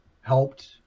helped